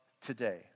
today